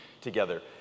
together